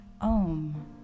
Om